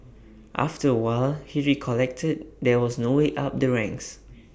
after A while he recollected there was no way up the ranks